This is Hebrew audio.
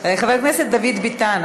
חבר הכנסת דוד ביטן,